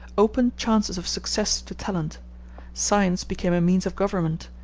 opened chances of success to talent science became a means of government,